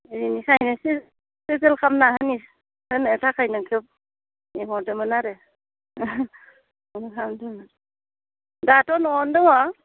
इनिखायनो सिजोल खामना होनि होनो थाखाय नोंखो लिंहरदोमोन आरो दाथ' न'आवनो दङ